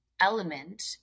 element